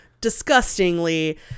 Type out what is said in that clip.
disgustingly